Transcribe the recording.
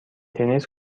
تنیس